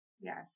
yes